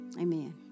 Amen